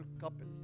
couple